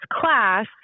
class